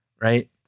right